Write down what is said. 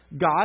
God